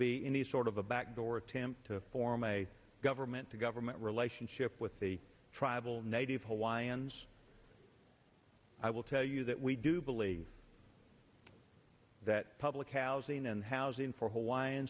be any sort of a backdoor attempt to form a government to government relationship with the tribal native hawaiians i will tell you that we do believe that public housing and housing for hawaiian